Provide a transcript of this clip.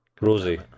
Rosie